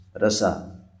Rasa